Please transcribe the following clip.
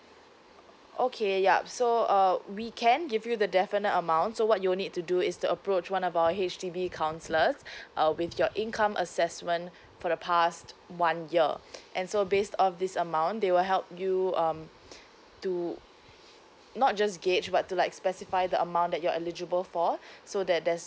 okay yup so uh we can give you the definite amount so what you'll need to do is to approach one of our H_D_B counsellors uh with your income assessment for the past one year and so based of this amount they will help you um to not just gauge but to like specify the amount that you're eligible for so that there's